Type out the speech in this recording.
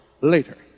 later